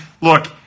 Look